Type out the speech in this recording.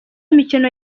imikino